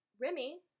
Remy